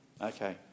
Okay